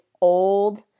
old